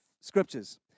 scriptures